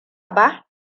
ba